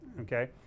okay